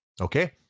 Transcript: okay